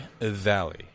Valley